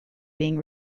being